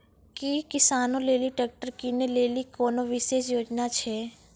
कि किसानो लेली ट्रैक्टर किनै लेली कोनो विशेष योजना छै?